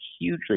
hugely